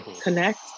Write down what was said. connect